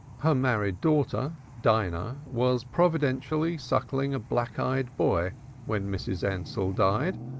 her married daughter dinah was providentially suckling a black-eyed boy when mrs. ansell died,